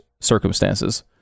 circumstances